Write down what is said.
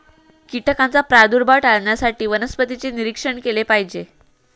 कीटकांचा प्रादुर्भाव टाळण्यासाठी वनस्पतींचे निरीक्षण केले पाहिजे